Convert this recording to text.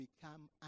become